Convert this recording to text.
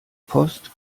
post